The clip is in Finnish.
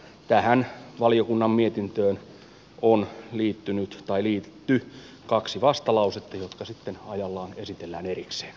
tähän valiokunnan mietintöön on liitetty kaksi vastalausetta jotka sitten ajallaan esitellään erikseen